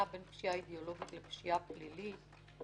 בין פשיעה אידיאולוגית לפשיעה פלילית,